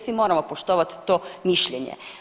Svi moramo poštovani to mišljenje.